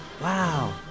Wow